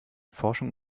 forschung